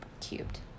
cubed